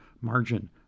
margin